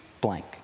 blank